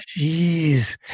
Jeez